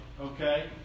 okay